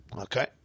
okay